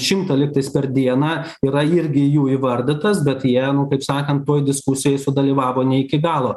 šimtą lyg tais per dieną yra irgi jų įvardytas bet jie nu kaip sakant toj diskusijoj sudalyvavo ne iki galo